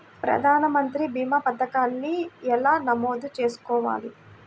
ప్రధాన మంత్రి భీమా పతకాన్ని ఎలా నమోదు చేసుకోవాలి?